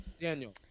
Daniel